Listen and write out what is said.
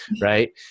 right